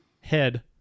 head